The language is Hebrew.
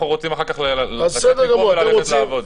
אנחנו רוצים אחר כך לצאת מפה וללכת לעבוד.